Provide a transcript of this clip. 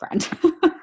friend